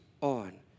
on